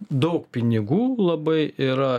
daug pinigų labai yra